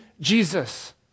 Jesus